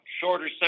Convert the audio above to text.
shorter